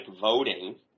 voting